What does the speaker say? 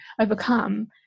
overcome